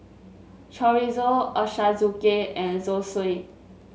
Chorizo Ochazuke and Zosui